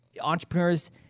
entrepreneurs